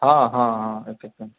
हँ हँ हँ